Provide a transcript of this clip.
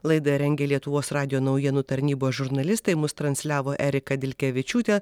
laidą rengė lietuvos radijo naujienų tarnybos žurnalistai mus transliavo erika dilkevičiūtė